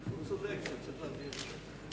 הוא צודק, אני צריך להבהיר את זה.